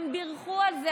הם בירכו על זה.